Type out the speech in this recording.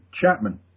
Chapman